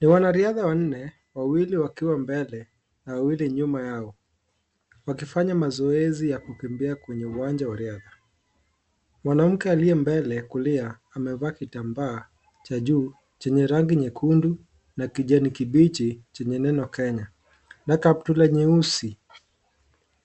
Ni wanariadha wanne, wawili wakiwa mbele na wawili nyuma yao, wakifanya mazoezi ya kukimbia kwenye uwanja wa riadha. Mwanamke aliye mbele kulia amevaa kitambaa cha juu chenye rangi nyekundu na kijani kibichi Chenye neno " Kenya" na kaptula nyeusi.